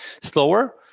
slower